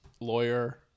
lawyer